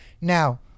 Now